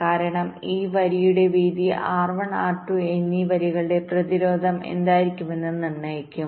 കാരണം ഈ വരിയുടെ വീതി R1 R2 എന്നീ വരികളുടെ പ്രതിരോധം എന്തായിരിക്കുമെന്ന് നിർണ്ണയിക്കും